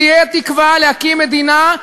תהיה תקווה להקים מדינה,